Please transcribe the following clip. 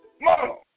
Mom